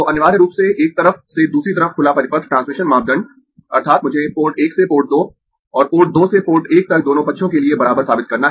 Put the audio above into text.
तो अनिवार्य रूप से एक तरफ से दूसरी तरफ खुला परिपथ ट्रांसमिशन मापदंड अर्थात् मुझे पोर्ट 1 से पोर्ट 2 और पोर्ट 2 से पोर्ट 1 तक दोनों पक्षों के लिए बराबर साबित करना है